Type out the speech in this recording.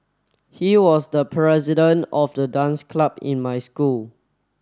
he was the president of the dance club in my school